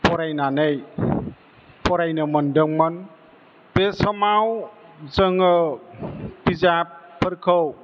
फरायनानै फरायनो मोनदोंमोन बे समाव जोङो बिजाबफोरखौ